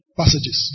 passages